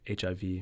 HIV